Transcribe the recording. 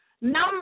Number